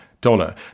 Dollar